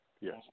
Yes